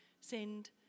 send